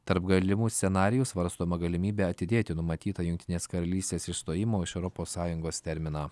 tarp galimų scenarijų svarstoma galimybė atidėti numatytą jungtinės karalystės išstojimo iš europos sąjungos terminą